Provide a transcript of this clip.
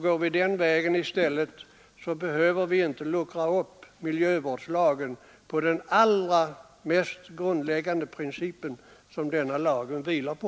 Går vi den vägen i stället, behöver vi inte luckra upp miljöskyddslagen i den allra mest grundläggande princip som denna lag vilar på.